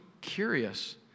curious